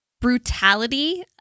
brutality